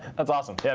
that's awesome. yeah,